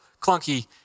clunky